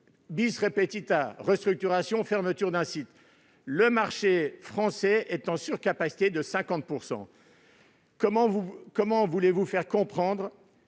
mais : restructuration, fermeture d'un site. Le marché français est en surcapacité de 50 %. Comment voulez-vous nous faire comprendre